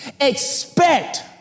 expect